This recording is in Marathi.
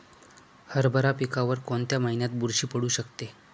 हरभरा पिकावर कोणत्या महिन्यात बुरशी पडू शकते?